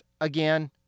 again